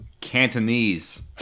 Cantonese